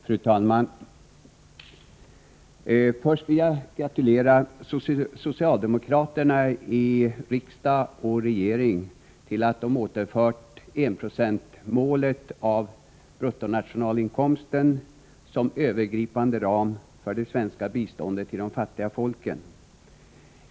Fru talman! Först vill jag gratulera socialdemokraterna i riksdag och regering till att de återinfört enprocentsmålet av bruttonationalinkomsten som övergripande ram för det svenska biståndet till de fattiga folken.